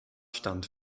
stand